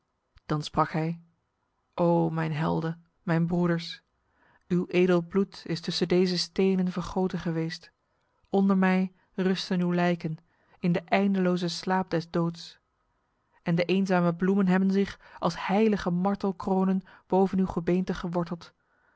hij o helden mijn broeders uw edel bloed is tussen deze stenen vergoten geweest onder mij rusten uw lijken in de eindeloze slaap des doods en de eenzame bloemen hebben zich als heilige martelkronen boven uw gebeente geworteld